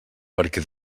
perquè